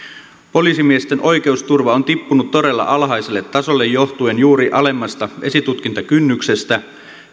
poliisimiesten oikeusturva on tippunut todella alhaiselle tasolle johtuen juuri alemmasta esitutkintakynnyksestä